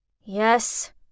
Yes